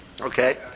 Okay